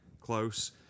Close